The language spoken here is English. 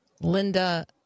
Linda